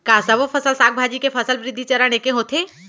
का सबो फसल, साग भाजी के फसल वृद्धि चरण ऐके होथे?